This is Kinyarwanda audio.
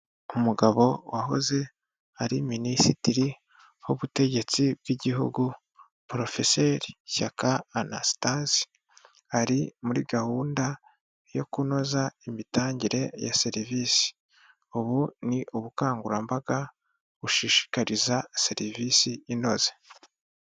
Umugabo wahoze ari minisitiri w'ubutegetsi bw'igihugu, Poroferi Shyaka Anastase, ari muri gahunda yo kunoza imitangire ya serivisi, ubu ni ubukangurambaga bushishikariza serivisi inoze.